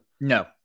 No